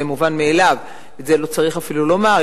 שזה מובן מאליו ואת זה לא צריך אפילו לומר,